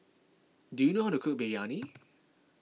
do you know how to cook Biryani